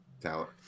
talent